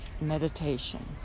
meditation